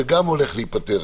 שגם הולך להיפתר,